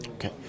Okay